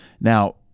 Now